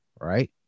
Right